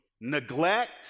neglect